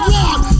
one